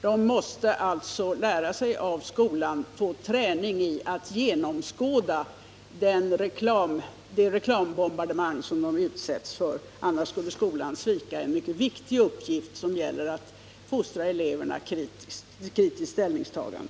De måste alltså lära sig i skolan och få träning i att genomskåda det reklambombarde mang som de utsätts för. Annars skulle skolan svika en mycket viktig uppgift, som gäller att fostra eleverna till kritiskt ställningstagande.